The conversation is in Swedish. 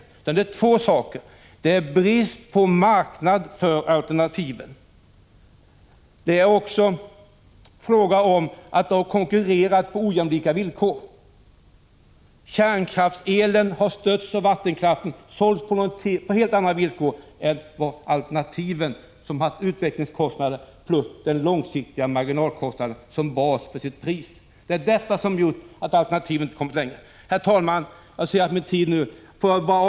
Orsaken kan vi finna i två förhållanden. Det ena är bristen på en marknad för alternativen. Det andra är att alternativen har fått konkurrera på ojämlika villkor. Kärnkraftselen har stötts av vattenkraften och sålts på helt andra villkor än alternativen, som haft utvecklingskostnader plus den långsiktiga marginalkostnaden som bas för sitt pris. Det är detta som har gjort att utvecklingen av alternativen inte har kommit längre. Herr talman!